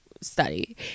study